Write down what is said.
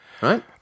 Right